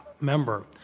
member